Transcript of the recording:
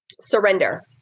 surrender